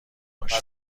باشه